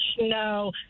No